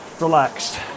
relaxed